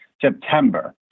September